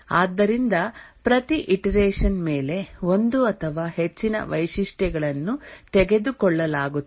ಆದ್ದರಿಂದ ಪ್ರತಿ ಇಟರೆಷನ್ ಮೇಲೆ ಒಂದು ಅಥವಾ ಹೆಚ್ಚಿನ ವೈಶಿಷ್ಟ್ಯಗಳನ್ನು ತೆಗೆದುಕೊಳ್ಳಲಾಗುತ್ತದೆ